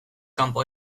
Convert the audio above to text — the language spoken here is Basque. kanpo